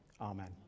Amen